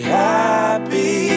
happy